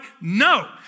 No